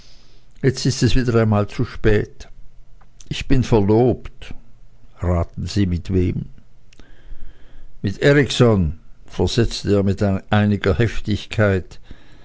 jetzt ist es wieder einmal zu spät ich bin verlobt raten sie mit wem mit erikson versetzte er mit einiger heftigkeit